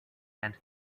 and